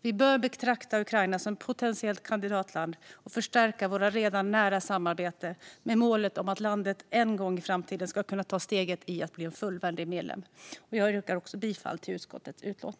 Vi bör betrakta Ukraina som ett potentiellt kandidatland och förstärka vårt redan nära samarbete med målet att landet en gång i framtiden ska kunna ta steget till att bli en fullvärdig medlem. Jag yrkar bifall till utskottets förslag.